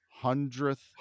hundredth